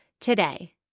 today